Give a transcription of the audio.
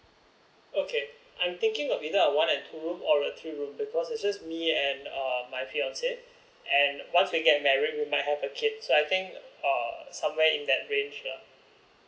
okay I'm thinking of either I want a two room or a three room because it's just me and uh my fiancé and once we get married we might have a kid so I think uh somewhere in that range lah